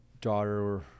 daughter